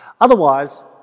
Otherwise